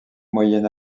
moyen